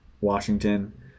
Washington